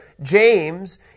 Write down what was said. James